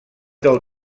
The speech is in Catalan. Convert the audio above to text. del